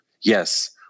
Yes